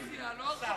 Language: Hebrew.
לא הרחבת אוכלוסייה.